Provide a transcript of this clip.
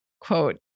quote